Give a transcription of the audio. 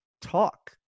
talk